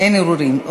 אין ערעורים.